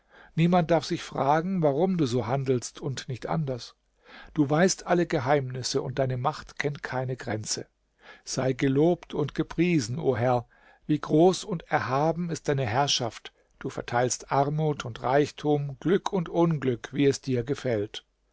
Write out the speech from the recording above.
niemand darf sich fragen warum du so handelst und nicht anders du weißt alle geheimnisse und deine macht kennt keine grenze sei gelobt und gepriesen o herr wie groß und erhaben ist deine herrschaft du verteilst armut und reichtum glück und unglück wie es dir gefällt